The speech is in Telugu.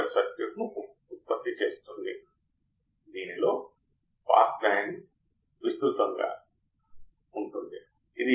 సరే కాబట్టి అవుట్పుట్ను ఈ ఇన్వర్టింగ్ టర్మినల్కు కట్టివేయడం ఉహించుకోండి ఇలా